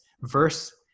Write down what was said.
verse